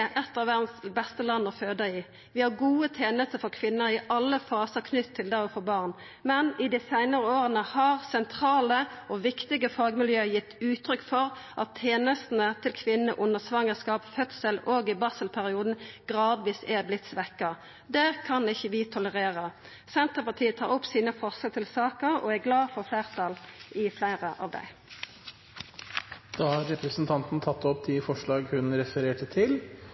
eit av verdas beste land å føda i. Vi har gode tenester for kvinner i alle fasar knytt til det å få barn, men i dei seinare åra har sentrale og viktige fagmiljø gitt uttrykk for at tenestene til kvinner under svangerskap, fødsel og i barselperioden er vortne gradvis svekte. Det kan ikkje vi tolerera. Senterpartiet tar opp sine forslag til saka og er glad for fleirtal i fleire av dei. Da har representanten Kjersti Toppe tatt opp de forslag hun refererte til.